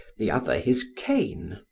the other his cane,